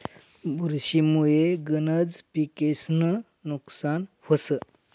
बुरशी मुये गनज पिकेस्नं नुकसान व्हस